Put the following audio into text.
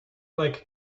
like